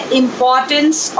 importance